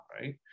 right